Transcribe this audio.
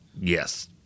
yes